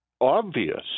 obvious